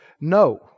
No